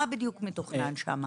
מה בדיוק מתוכנן שם?